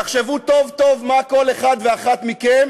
תחשבו טוב טוב מה כל אחד ואחת מכם